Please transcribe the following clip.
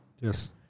Yes